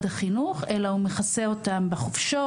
החינוך אלא הוא מכסה אותם בחופשות,